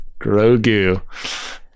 Grogu